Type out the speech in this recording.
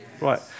Right